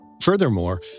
Furthermore